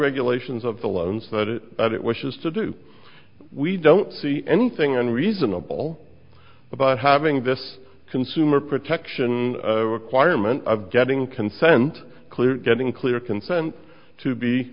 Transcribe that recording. regulations of the loans that it wishes to do we don't see anything on reasonable about having this consumer protection requirement of getting consent clear getting clear consent to be